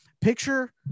picture